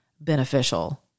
beneficial